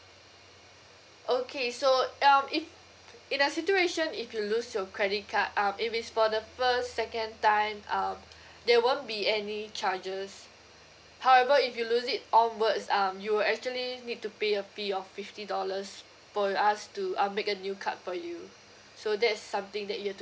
okay so um if in a situation if you lose your credit card um if it's for the first second time uh there won't be any charges however if you lose it onwards um you will actually need to pay a fee of fifty dollars for us to uh make a new card for you so that's something that you have to